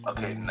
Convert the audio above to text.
Okay